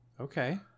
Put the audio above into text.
okay